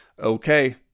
okay